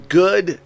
good